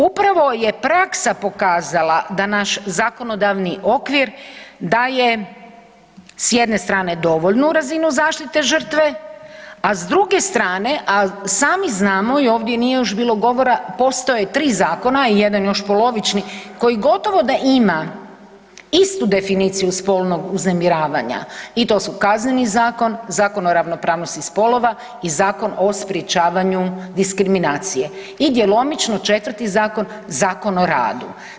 Upravo je praksa pokazala da naš zakonodavni okvir daje s jedne strane dovoljnu razinu zaštite žrtve, a sami znamo i ovdje još nije bilo govora, postoje tri zakona i jedan još polovični koji gotovo da ima istu definiciju spolnog uznemiravanja i to su Kazneni zakon, Zakon o ravnopravnosti spolova i Zakon o sprečavanju diskriminacije i djelomično četvrti zakon, Zakon o radu.